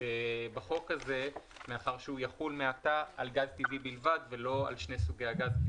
בחוק הזה מאחר שמעתה הוא יחול על גז טבעי בלבד ולא על שני סוגי הגז.